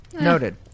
Noted